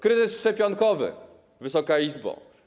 Kryzys szczepionkowy, Wysoka Izbo.